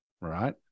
Right